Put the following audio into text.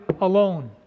alone